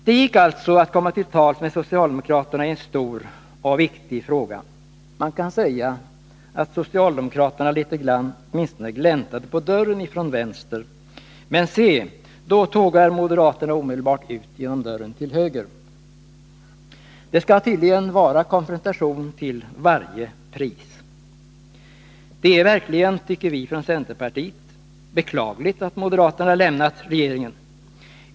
Det gick alltså att komma till tals med socialdemokraterna i en stor och viktig fråga — man kan säga att socialdemokraterna åtminstone gläntade på dörren från vänster. Men se — då tågar moderaterna omedelbart ut genom dörren till höger. Det skall tydligen vara konfrontation till varje pris. Det är verkligen, tycker vi från centerpartiet, att beklaga att moderaterna lämnat regeringen.